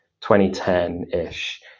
2010-ish